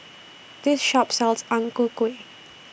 This Shop sells Ang Ku Kueh